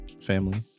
family